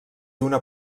una